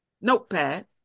notepad